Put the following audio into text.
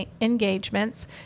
engagements